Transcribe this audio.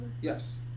Yes